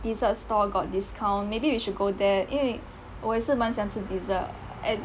dessert store got discount maybe we should go there 因为我也是蛮喜欢吃 dessert and